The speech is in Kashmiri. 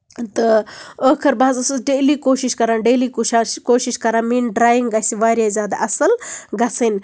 تہٕ ٲخٕر بہٕ حظ ٲسٕس ڈیلی کوٗشِش کران ڈیلی کوچھچھ کوٗشِش کران میٲنۍ ڈریِنگ گژھِ واریاہ زیادٕ اَصٕل گژھٕنۍ